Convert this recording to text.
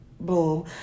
boom